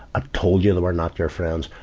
i told you they were not your friends.